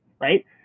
right